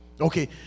okay